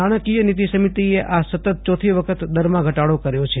નાણાંકીય નીતી સમીતીએ આ સતત ચોથી વખત દરમાં ઘટાડો કર્યો છે